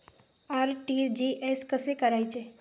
RTGS कसे करायचे?